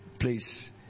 please